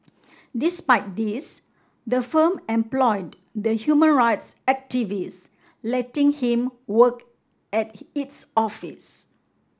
despite this the firm employed the human rights activist letting him work at its office